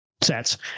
Sets